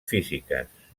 físiques